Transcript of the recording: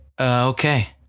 Okay